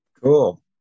Cool